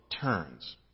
turns